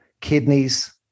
kidneys